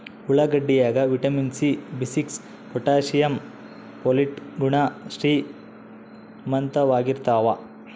ಉಳ್ಳಾಗಡ್ಡಿ ಯಾಗ vitamin C B six potassium folate ಗುಣ ಶ್ರೀಮಂತವಾಗಿರ್ತಾವ